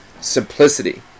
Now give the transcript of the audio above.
Simplicity